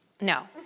No